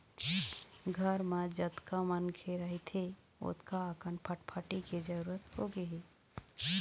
घर म जतका मनखे रहिथे ओतका अकन फटफटी के जरूरत होगे हे